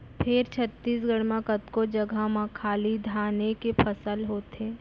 फेर छत्तीसगढ़ म कतको जघा म खाली धाने के फसल लेथें